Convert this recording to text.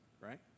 right